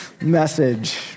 message